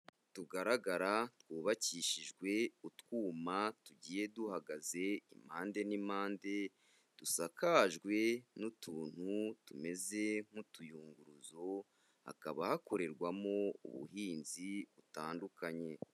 Tugaragara twubakishijwe utwuma tugiye duhagaze impande n'impande, dusakajwe n'utuntu tumeze nk'utuyunguruzo, hakaba hakorerwamo ubuhinzi butandukanye.